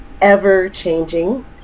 ever-changing